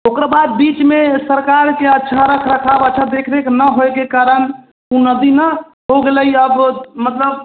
ओकरा बाद बीचमे सरकारके अच्छा रखरखाव अच्छा देखरख नहि होइके कारण ओ नदी ने हो गेलै आब मतलब